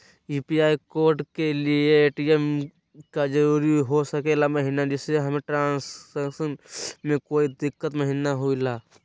UPI code के लिए ATM का जरूरी हो सके महिना जिससे हमें ट्रांजैक्शन में कोई दिक्कत महिना हुई ला?